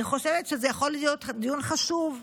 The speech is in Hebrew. אני חושבת שזה יכול להיות דיון חשוב.